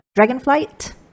Dragonflight